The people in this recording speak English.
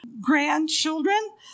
grandchildren